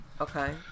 okay